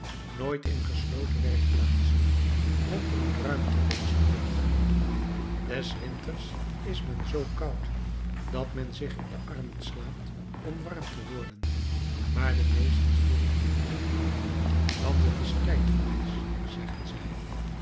nooit in gesloten werkplaatsen want er moet ruimte wezen weet ge des winters is men zoo koud dat men zich in de armen slaat om warm te worden maar de meesters willen dit niet hebben want het is tijdverlies zeggen zij